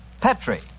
Petri